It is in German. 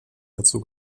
dazu